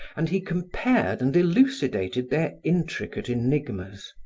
and he compared and elucidated their intricate enigmas.